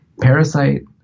Parasite